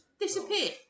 Disappear